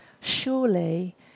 Surely